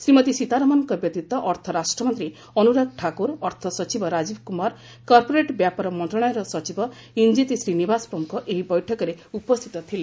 ଶ୍ରୀମତୀ ସୀତାରମଣଙ୍କ ବ୍ୟତୀତ ଅର୍ଥ ରାଷ୍ଟ୍ରମନ୍ତ୍ରୀ ଅନୁରାଗ ଠାକୁର ଅର୍ଥସଚିବ ରାଜୀବ କୁମାର କର୍ପୋରେଟ୍ ବ୍ୟାପାର ମନ୍ତ୍ରଣାଳୟର ସଚିବ ଇଞ୍ଜେତି ଶ୍ରୀନିବାସ ପ୍ରମୁଖ ଏହି ବୈଠକରେ ଉପସ୍ଥିତ ଥିଲେ